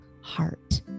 heart